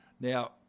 Now